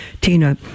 Tina